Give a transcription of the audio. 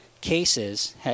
cases